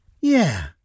Yeah